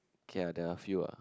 okay lah then there are a few lah